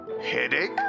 Headache